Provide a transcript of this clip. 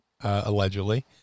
allegedly